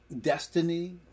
destiny